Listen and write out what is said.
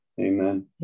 Amen